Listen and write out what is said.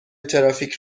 ترافیک